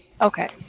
okay